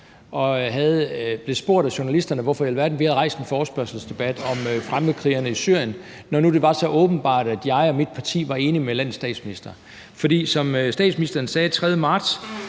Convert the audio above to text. er blevet spurgt af journalister, hvorfor i alverden vi havde rejst en forespørgselsdebat om fremmedkrigerne i Syrien, når nu det var så åbenbart, at jeg og mit parti var enige med landets statsminister. For statsministeren sagde, da